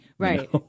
Right